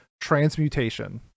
Transmutation